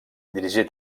dirigí